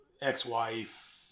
ex-wife